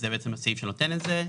זה הסעיף שנותן את זה.